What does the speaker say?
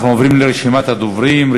אנחנו עוברים לרשימת הדוברים.